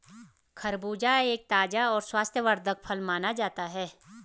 खरबूजा एक ताज़ा और स्वास्थ्यवर्धक फल माना जाता है